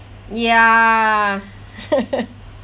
ya